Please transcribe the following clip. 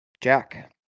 Jack